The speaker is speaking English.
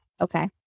Okay